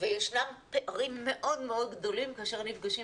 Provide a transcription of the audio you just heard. וישנם פערים מאוד מאוד גדולים כאשר נפגעים